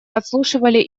подслушивали